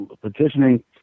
petitioning